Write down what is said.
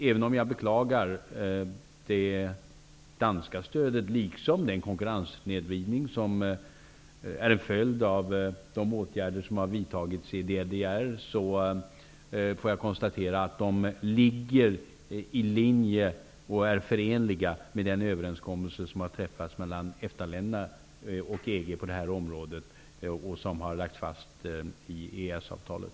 Även om jag beklagar det danska stödet liksom den konkurrenssnedvridning som är en följd av de åtgärder som har vidtagits i DDR, så får jag konstatera att de ligger i linje och är förenliga med den överenskommelse som har träffats mellan EFTA-länderna och EG på det här området och som har lagts fast i EES-avtalet.